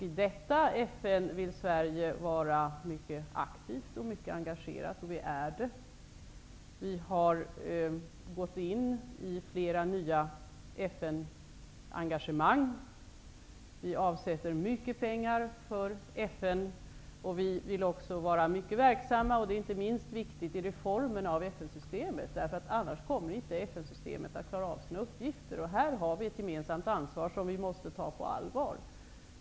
I detta FN vill Sverige vara mycket aktivt och mycket engagerat, och vi är det. Vi har gått in i flera nya FN-engagemang. Vi avsätter mycket pengar för FN. Vi vill också vara mycket verksamma, och det är inte minst viktigt i reformeringen av FN-systemet. Annars kommer inte FN-systemet att klara av sina uppgifter. Här har vi ett gemensamt ansvar som vi måste ta på allvar.